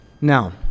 Now